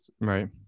right